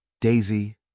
Daisy